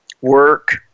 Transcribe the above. work